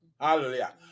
Hallelujah